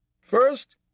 First